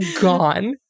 gone